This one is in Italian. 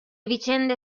vicende